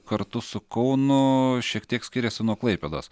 kartu su kaunu šiek tiek skiriasi nuo klaipėdos